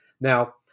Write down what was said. now